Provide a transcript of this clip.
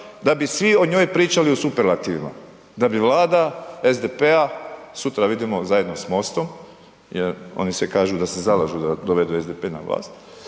da bi svi o njoj pričali u superlativima, da bi Vlada SDP-a, sutra vidimo zajedno s MOST-om jer oni se kažu da se zalažu da dovedu SDP na vlast,